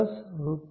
10 રૂ